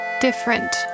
different